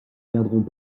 perdront